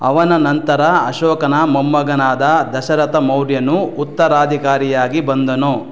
ಅವನ ನಂತರ ಅಶೋಕನ ಮೊಮ್ಮಗನಾದ ದಶರಥ ಮೌರ್ಯನು ಉತ್ತರಾಧಿಕಾರಿಯಾಗಿ ಬಂದನು